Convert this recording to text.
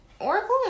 Oracle